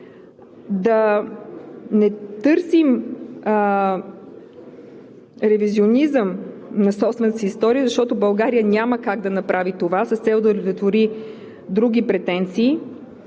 да не търсим ревизионизъм на собствената си история, защото България няма как да направи това с цел да удовлетвори други претенции,